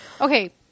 Okay